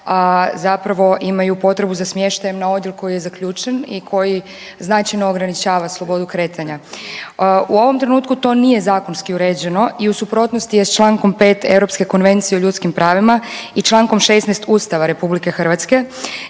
zapravo imaju potrebu za smještajem na odjelu koji je zaključen i koji značajno ograničava slobodu kretanja. U ovom trenutku to nije zakonski uređeno i u suprotnosti je sa člankom 5. Europske konvencije o ljudskim pravima i člankom 16. Ustava Republike Hrvatske